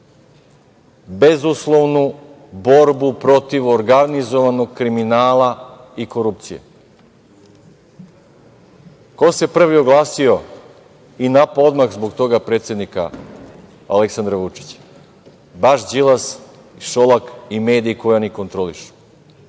bezuslovnu borbu protiv organizovanog kriminala i korupcije. Ko se prvi oglasio i napao odmah zbog toga predsednika Aleksandra Vučića? Baš Đilas, Šolak i mediji koje oni kontrolišu. Sada